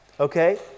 Okay